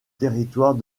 territoire